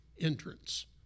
entrance